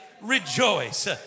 rejoice